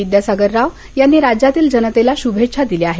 विद्यासागर राव यांनी राज्यातील जनतेला शुभेच्छा दिल्या आहेत